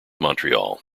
montreal